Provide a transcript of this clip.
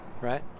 right